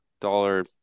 dollar